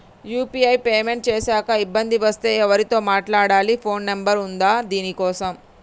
UPI లో payment చేశాక ఇబ్బంది వస్తే ఎవరితో మాట్లాడాలి? ఫోన్ నంబర్ ఉందా దీనికోసం?